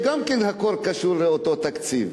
גם זה, הכול קשור לאותו תקציב.